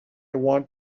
want